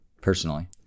personally